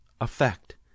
affect